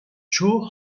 çoğu